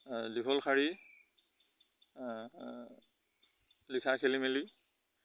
দীঘল শাৰী লিখা খেলি মেলি